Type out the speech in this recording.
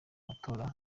matora